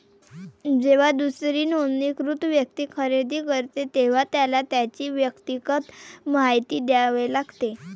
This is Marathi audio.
जेव्हा दुसरी नोंदणीकृत व्यक्ती खरेदी करते, तेव्हा त्याला त्याची वैयक्तिक माहिती द्यावी लागते